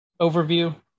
overview